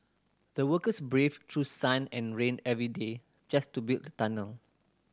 the workers braved through sun and rain every day just to build the tunnel